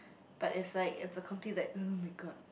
but it's like it's a that [oh]-my-god